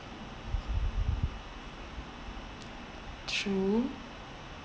true